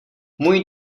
můj